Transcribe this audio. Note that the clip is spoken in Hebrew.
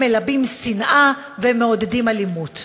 הן מלבות שנאה והן מעודדות אלימות.